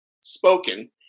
spoken